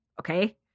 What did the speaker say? Okay